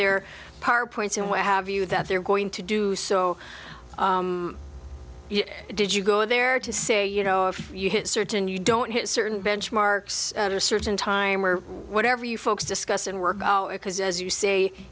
their party points and what have you that they're going to do so did you go there to say you know if you hit certain you don't hit certain benchmarks or certain time or whatever you folks discuss and work because as you say